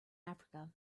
africa